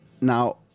now